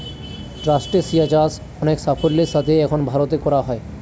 ট্রাস্টেসিয়া চাষ অনেক সাফল্যের সাথে এখন ভারতে করা হয়